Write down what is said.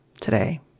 today